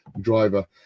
driver